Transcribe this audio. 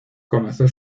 comenzó